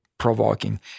Provoking